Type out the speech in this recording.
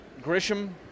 Grisham